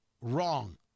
wrong